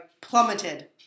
plummeted